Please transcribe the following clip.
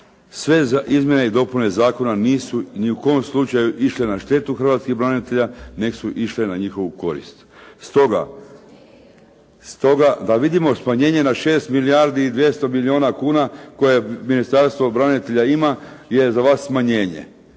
sve izmjene i dopune zakona nisu ni u kom slučaju išle na štetu hrvatskih branitelja, nego su išle na njihovu korist. Stoga, da vidimo smanjenje na 6 milijardi i 200 milijuna kuna koje Ministarstvo branitelja ima je za vas smanjenje.